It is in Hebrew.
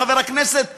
חבר הכנסת פרי,